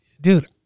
dude